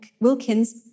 Wilkins